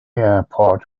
airport